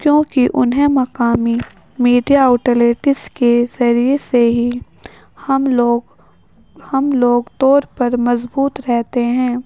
کیونکہ انہیں مقامی میڈیا آؤٹلیٹس کے ذریعے سے ہی ہم لوگ ہم لوگ طور پر مضبوط رہتے ہیں